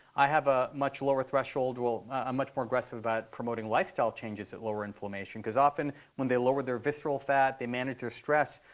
i have a much lower threshold. well, i'm much more aggressive about promoting lifestyle changes that lower inflammation because often when they lower their visceral fat, they manage their stress.